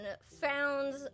found